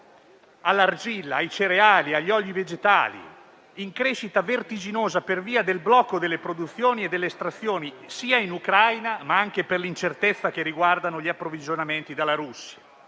all'argilla, ai cereali, agli olii vegetali, in crescita vertiginosa per via del blocco delle produzioni e delle estrazioni, sia in Ucraina, ma anche per l'incertezza che riguarda gli approvvigionamenti dalla Russia.